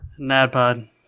Nadpod